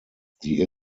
sie